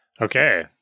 Okay